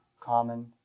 common